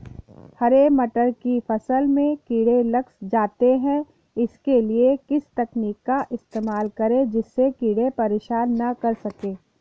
हरे मटर की फसल में कीड़े लग जाते हैं उसके लिए किस तकनीक का इस्तेमाल करें जिससे कीड़े परेशान ना कर सके?